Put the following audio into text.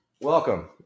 welcome